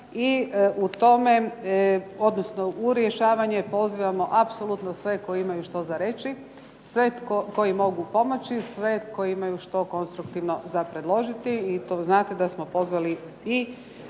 i u tome, odnosno u rješavanje pozivamo apsolutno sve koji imaju što za reći, sve koji mogu pomoći, sve koji imaju što konstruktivno za predložiti i znate da smo pozvali i